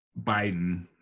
Biden